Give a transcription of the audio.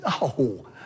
no